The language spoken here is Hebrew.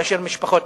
כאשר משפחות,